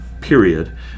period